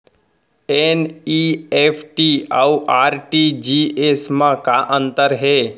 NEFT अऊ RTGS मा का अंतर हे?